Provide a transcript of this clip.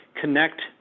connect